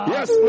Yes